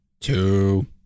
two